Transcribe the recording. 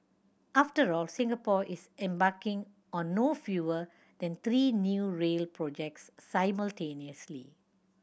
after all Singapore is embarking on no fewer than three new rail projects simultaneously